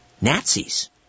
Nazis